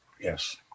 yes